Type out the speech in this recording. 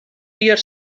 jier